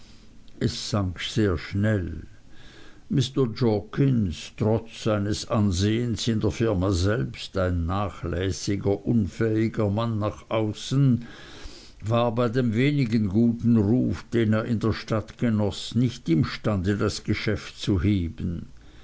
sehr schnell mr jorkins trotz seines ansehens in der firma selbst ein nachlässiger unfähiger mann nach außen war bei dem wenig guten ruf den er in der stadt genoß nicht imstande das geschäft zu heben